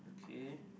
K